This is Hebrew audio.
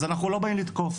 אז אנחנו לא באים לתקוף,